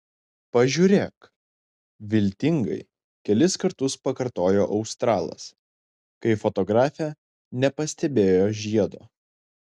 pažiūrėk viltingai kelis kartus pakartojo australas kai fotografė nepastebėjo žiedo